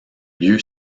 lieu